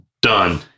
done